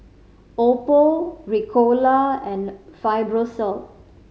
Oppo Ricola and Fibrosol